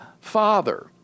Father